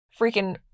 freaking